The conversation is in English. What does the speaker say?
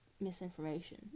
misinformation